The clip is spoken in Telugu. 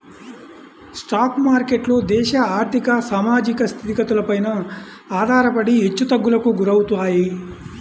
స్టాక్ మార్కెట్లు దేశ ఆర్ధిక, సామాజిక స్థితిగతులపైన ఆధారపడి హెచ్చుతగ్గులకు గురవుతాయి